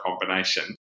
combination